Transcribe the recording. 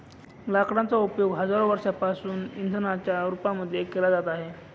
लाकडांचा उपयोग हजारो वर्षांपासून इंधनाच्या रूपामध्ये केला जात आहे